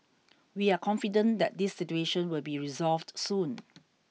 we are confident that this situation will be resolved soon